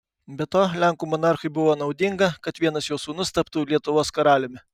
be to lenkų monarchui buvo naudinga kad vienas jo sūnus taptų lietuvos karaliumi